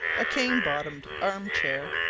a cane-bottomed arm-chair,